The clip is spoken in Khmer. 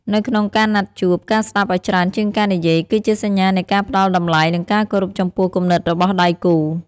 នៅក្នុងការណាត់ជួប ការស្ដាប់ឱ្យច្រើនជាងការនិយាយ គឺជាសញ្ញានៃការផ្ដល់តម្លៃ និងការគោរពចំពោះគំនិតរបស់ដៃគូ។